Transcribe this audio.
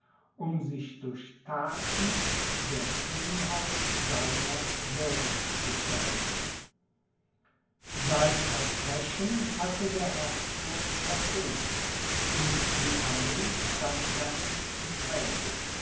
um sich durch thaten der kühnheit seiner würdig zu zeigen sein versprechen hatte der herzog erfüllt und die armee stand fertig im felde